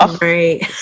Right